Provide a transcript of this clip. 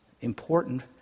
important